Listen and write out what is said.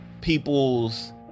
people's